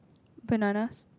bananas